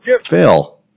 Phil